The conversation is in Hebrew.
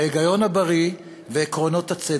ההיגיון הבריא ועקרונות הצדק.